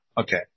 Okay